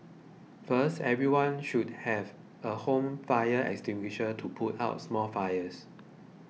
first everyone should have a home fire extinguisher to put out small fires